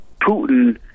Putin